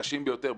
הקשים ביותר,